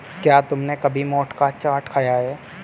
क्या तुमने कभी मोठ का चाट खाया है?